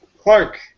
Clark